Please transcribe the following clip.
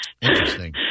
Interesting